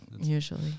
Usually